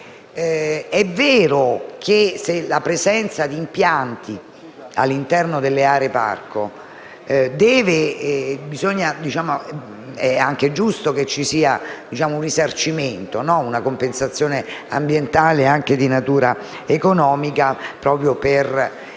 È vero che la presenza di impianti all’interno delle aree parco deve portare - ed è giusto che sia così - a un risarcimento e a una compensazione ambientale, anche di natura economica, proprio per